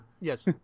Yes